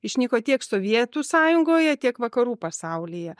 išnyko tiek sovietų sąjungoje tiek vakarų pasaulyje